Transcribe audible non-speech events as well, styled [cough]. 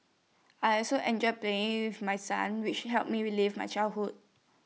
I also enjoy playing [unintelligible] with my sons which have me relive my childhood